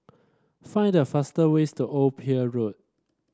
find the fast way to Old Pier Road